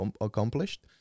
accomplished